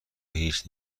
هیچ